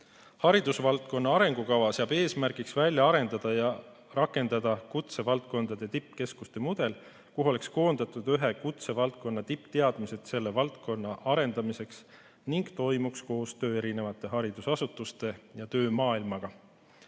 Haridusvaldkonna arengukava seab eesmärgiks välja arendada ja rakendada kutsevaldkondade tippkeskuste mudel, kuhu oleks koondatud ühe kutsevaldkonna tippteadmised selle valdkonna arendamiseks ning toimuks koostöö haridusasutuste ja töömaailmaga.